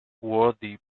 worthy